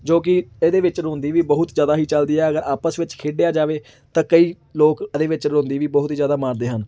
ਜੋ ਕਿ ਇਹਦੇ ਵਿੱਚ ਰੋਂਦੀ ਵੀ ਬਹੁਤ ਜ਼ਿਆਦਾ ਹੀ ਚਲਦੀ ਹੈ ਆਪਸ ਵਿੱਚ ਖੇਡਿਆ ਜਾਵੇ ਤਾਂ ਕਈ ਲੋਕ ਇਹਦੇ ਵਿੱਚ ਰੋਂਦੀ ਵੀ ਬਹੁਤ ਹੀ ਜ਼ਿਆਦਾ ਮਾਰਦੇ ਹਨ